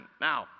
now